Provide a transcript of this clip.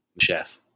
chef